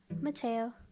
Mateo